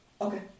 Okay